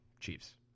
Chiefs